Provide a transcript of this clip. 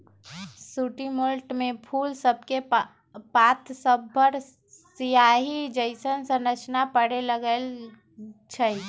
sooty mould में फूल सभके पात सभपर सियाहि जइसन्न संरचना परै लगैए छइ